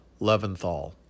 Leventhal